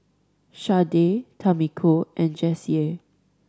Sharday Tamiko and Jessye